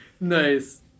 Nice